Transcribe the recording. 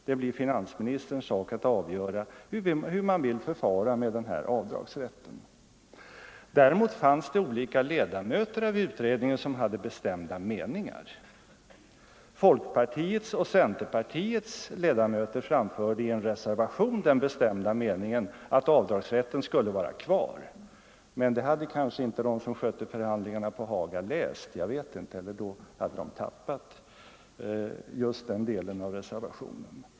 Det blir finansministerns sak att avgöra hur man skall förfara med avdragsrätten. Däremot fanns det olika ledamöter av utredningen som hade bestämda meningar. Folkpartiets och centerpartiets ledamöter framförde i en reservation den bestämda meningen att avdragsrätten skulle vara kvar. Detta hade kanske inte de som skötte förhandlingarna på Haga läst — jag vet inte — eller också hade de tappat just den delen av reservationen.